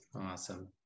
Awesome